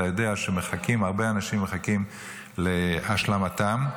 אתה יודע שהרבה אנשים מחכים להשלמתם,